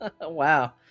Wow